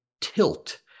tilt